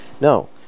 No